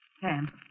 Sam